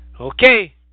Okay